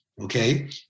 Okay